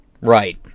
right